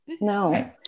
no